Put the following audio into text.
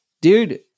dude